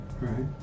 Right